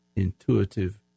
intuitive